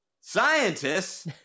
Scientists